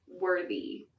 worthy